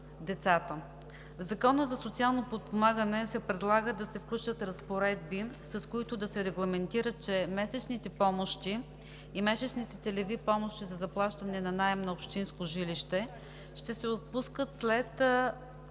В Закона за социално подпомагане се предлага да се включат разпоредби, с които да се регламентира, че месечните помощи и месечните целеви помощи за заплащане на наем на общинско жилище ще се отпускат след